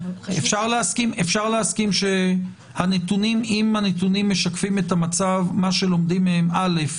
אפשר להסכים שאם הנתונים משקפים את המצב לומדים מהם: א,